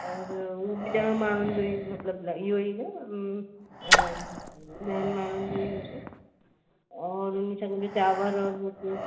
और हू बि ॾह माण्हूनि जो ई मतिलब लाइ इहो ई न ॾहनि माण्हूनि जो ई हुजे और इहो छा चइबो आहे चांवर और रोटियूं